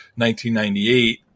1998